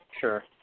Sure